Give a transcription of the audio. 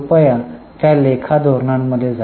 कृपया त्या लेखा धोरणांमध्ये जा